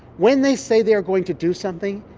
when they say they are going to do something,